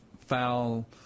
foul